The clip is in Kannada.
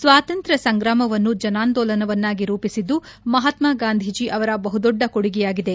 ಸ್ವಾತಂತ್ರ್ವ ಸಂಗ್ರಾಮವನ್ನು ಜನಾಂದೋಲನವನ್ನಾಗಿ ರೂಪಿಸಿದ್ದು ಮಹಾತ್ಮ ಗಾಂಧೀಜಿ ಅವರ ಬಹುದೊಡ್ಡ ಕೊಡುಗೆಯಾಗಿದೆ